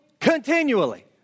continually